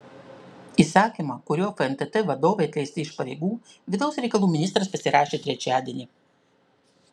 įsakymą kuriuo fntt vadovai atleisti iš pareigų vidaus reikalų ministras pasirašė trečiadienį